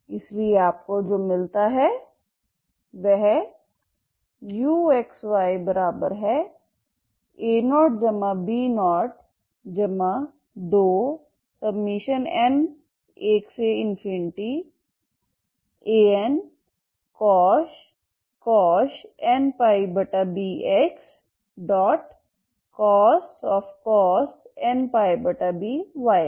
इसलिए आपको जो मिलता है वह uxyA0B02n1Ancosh nπbx cos nπby है